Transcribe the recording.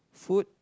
food